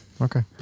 Okay